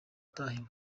utahiwe